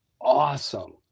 Awesome